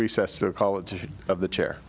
recess the college of the chair